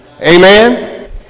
Amen